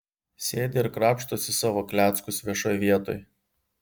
sėdi ir krapštosi savo kleckus viešoj vietoj